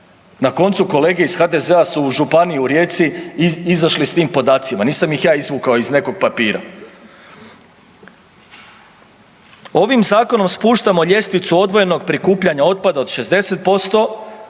Na koncu, kolege iz HDZ-a su u županiji u Rijeci izašli s tim podacima, nisam ih ja izvukao iz nekog papira. Ovim Zakonom spuštamo ljestvicu odvojenog prikupljanja otpada od 60%